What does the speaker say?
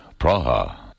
Praha